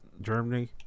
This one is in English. germany